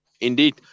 Indeed